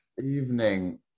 Evening